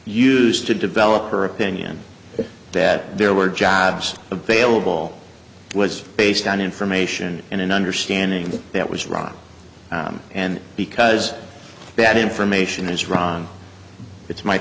used to develop her opinion that there were jobs available was based on information and an understanding that that was wrong and because that information is wrong it's my